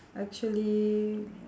actually